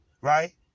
Right